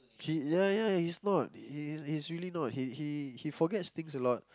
he ya ya he's not he's really not he forgets things a lot